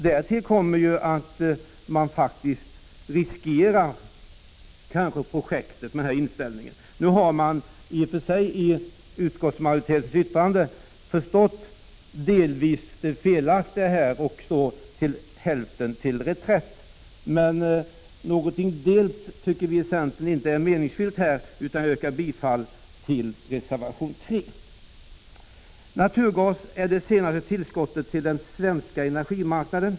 Därtill kommer att man kanske faktiskt riskerar projektet med denna inställning. Utskottsmajoriteten har tydligen delvis förstått att förslaget är felaktigt och har slagit till en halv reträtt. Men någonting delt tycker vi i centern inte är meningsfyllt, varför jag yrkar bifall till reservation 3. Naturgas är det senaste tillskottet till den svenska energimarknaden.